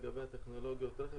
לגבי טכנולוגיות הרכב.